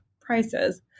prices